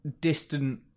distant